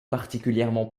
particulièrement